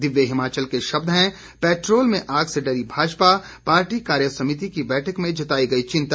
दिव्य हिमाचल के शब्द हैं पैट्रोल में आग से डरी भाजपा पार्टी कार्यसमिति की बैठक में जताई गई चिंता